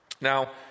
now